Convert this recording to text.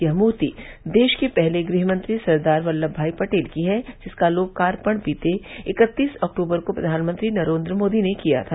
यह मूर्ति देश के पहले गृहमंत्री सरदार वल्लम भाई पटेल की है जिसका लोकार्पण बीते इक्कतीस अक्टूबर को प्रधानमंत्री नरेन्द्र मोदी ने किया था